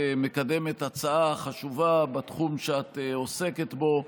מקדמת הצעה חשובה בתחום שאת עוסקת בו,